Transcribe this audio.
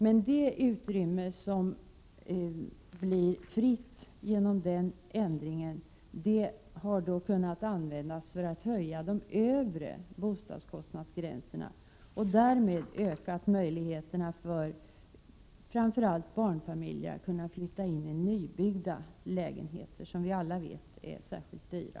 Men det utrymme 105 som blir fritt genom ändringen har kunnat användas för att höja de övre bostadskostnadsgränserna, och därmed har man ökat möjligheterna för framför allt barnfamiljer att flytta in i nybyggda lägenheter — som vi vet är särskilt dyra.